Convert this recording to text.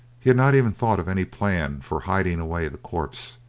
he had not even thought of any plan for hiding away the corpse.